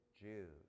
Jews